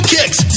Kicks